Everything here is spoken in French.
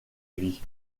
vie